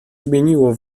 zmieniło